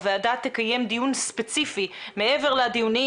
הוועדה תקיים דיון ספציפי מעבר לדיונים